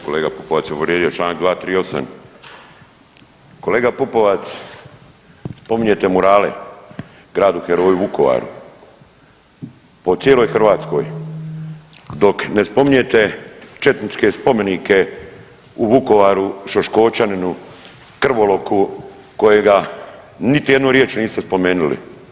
Kolega Popovac je u uvrijedio Članak 238., kolega Pupovac spominjete murale gradu heroju Vukovaru po cijeloj Hrvatskoj dok ne spominjete četničke spomenike u Vukovaru Šoškočaninu krvoloku kojega niti jednu riječ niste spomenuli.